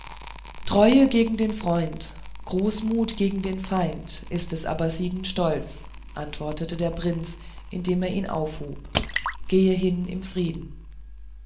treue gegen den freund großmut gegen den feind ist des abassiden stolz antwortete der prinz indem er ihn aufhob gehe hin im frieden